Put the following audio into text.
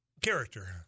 Character